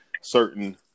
certain